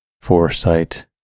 foresight